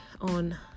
on